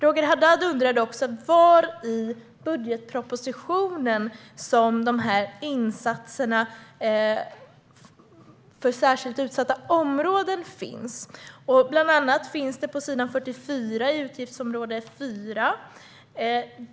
Roger Haddad undrade också var i budgetpropositionen insatserna för särskilt utsatta områden finns. Bland annat finns de på s. 44 under utgiftsområde 4.